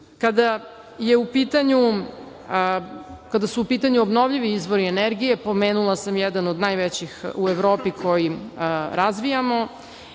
veća. Kada su u pitanju obnovljivi izvori energije, pomenula sam jedan od najvećih u Evropi koji razvijamo